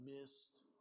missed